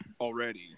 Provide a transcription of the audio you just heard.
already